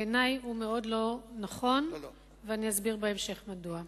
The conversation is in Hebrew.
בעיני, הוא מאוד לא נכון, ובהמשך אני אסביר מדוע.